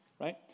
right